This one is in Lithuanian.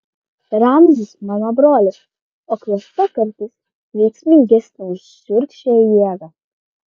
ramzis mano brolis o klasta kartais veiksmingesnė už šiurkščią jėgą